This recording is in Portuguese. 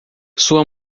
sua